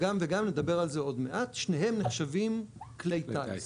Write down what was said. גם וגם נדבר על זה עוד מעט, שניהם נחשבים כלי טיס